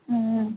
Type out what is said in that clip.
ம் ம்